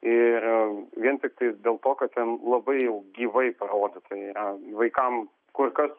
ir vien tiktai dėl to kad ten labai jau gyvai produktai yra vaikams kur kas